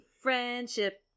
Friendship